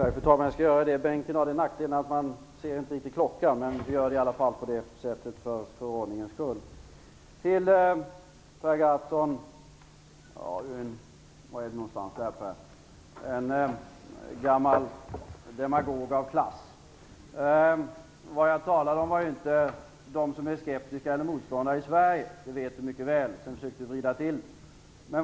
Fru talman! Jag skall göra mitt inlägg från bänken. Det medför den nackdelen att jag inte ser anförandeklockan, men jag skall för ordningens skull ändå göra så. Per Gahrton är en gammal demagog av klass. Han vet mycket väl att jag inte talade om dem som är skeptiker eller motståndare i Sverige, men han försökte vrida det därhän.